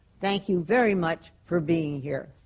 thank you very much for being here.